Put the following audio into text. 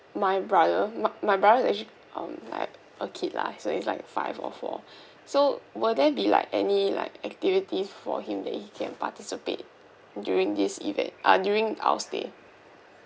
my brother my my brother's actually um like a kid lah so he's like five or four so will there be like any like activities for him that he can participate during this event ah during our stay